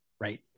right